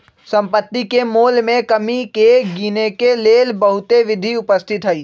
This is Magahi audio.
सम्पति के मोल में कमी के गिनेके लेल बहुते विधि उपस्थित हई